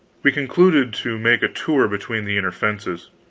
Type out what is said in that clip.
we concluded to make a tour between the inner fences.